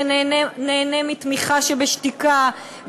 שנהנה מתמיכה שבשתיקה,